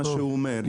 מה שהוא אומר,